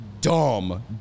dumb